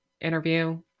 Interview